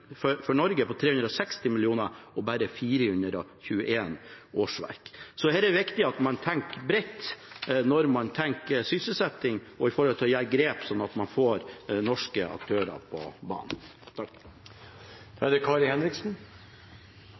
for Norge: 360 mill. kr og bare 421 årsverk. Så her det viktig at man tenker bredt når man tenker sysselsetting og når det gjelder å ta grep, så man får norske aktører på banen.